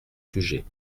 sujet